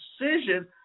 decision